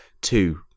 two